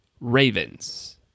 Ravens